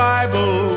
Bible